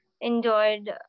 enjoyed